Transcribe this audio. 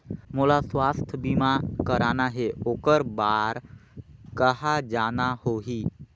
मोला स्वास्थ बीमा कराना हे ओकर बार कहा जाना होही?